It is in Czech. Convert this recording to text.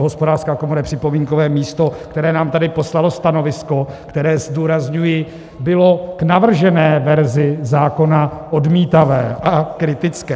Hospodářská komora je připomínkové místo, které nám tady poslalo stanovisko, které, zdůrazňuji, bylo k navržené verzi zákona odmítavé a kritické.